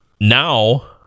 Now